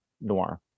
Noir